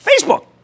Facebook